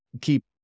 keep